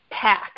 pack